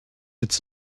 its